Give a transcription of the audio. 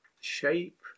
shape